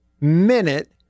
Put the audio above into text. minute